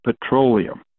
petroleum